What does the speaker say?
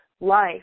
life